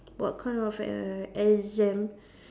what kind of err exam